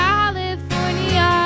California